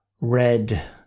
Red